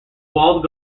walled